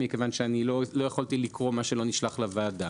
מכיוון שאני לא יכולתי לקרוא מה שלא נשלח לוועדה.